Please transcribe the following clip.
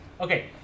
Okay